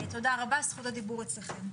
תודה רבה זכות הדיבור אצלכם.